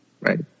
right